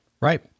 Right